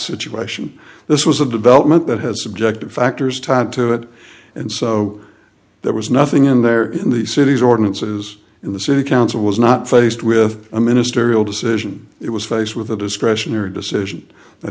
situation this was a development that has subjective factors tied to it and so there was nothing in there in the city's ordinances in the city council was not faced with a ministerial decision it was faced with a discretionary decision